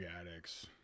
addicts